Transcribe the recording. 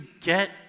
get